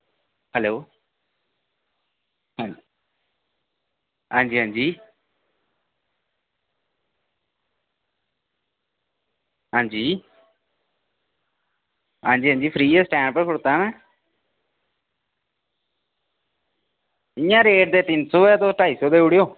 hello आं जी आं जी आं जी आं जी फ्री आं स्टैंड पर खड़ौते दा इंया रेट ते तिन ऐ तुस ढाई सौ देई ओड़ेओ